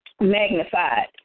magnified